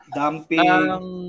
dumping